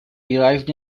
derived